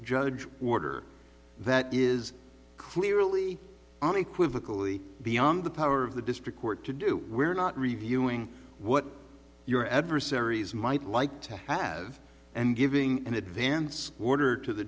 judge order that is clearly on equivocally beyond the power of the district court to do we're not reviewing what your adversaries might like to have and giving an advance order to the